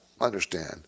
understand